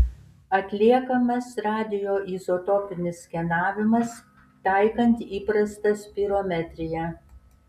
atliekamas radioizotopinis skenavimas taikant įprastą spirometriją